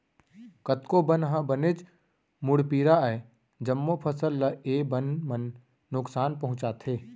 कतको बन ह बनेच मुड़पीरा अय, जम्मो फसल ल ए बन मन नुकसान पहुँचाथे